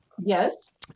Yes